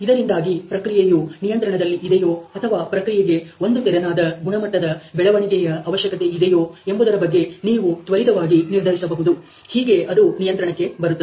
ಇದರಿಂದಾಗಿ ಪ್ರಕ್ರಿಯೆಯು ನಿಯಂತ್ರಣದಲ್ಲಿ ಇದೆಯೋ ಅಥವಾ ಪ್ರಕ್ರಿಯೆಗೆ ಒಂದು ತೆರೆನಾದ ಗುಣಮಟ್ಟದ ಬೆಳವಣಿಗೆಯ ಅವಶ್ಯಕತೆ ಇದೆಯೋ ಎಂಬುದರ ಬಗ್ಗೆ ನೀವು ತ್ವರಿತವಾಗಿ ನಿರ್ಧರಿಸಬಹುದು ಹೀಗೆ ಅದು ನಿಯಂತ್ರಣಕ್ಕೆ ಬರುತ್ತದೆ